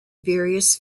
various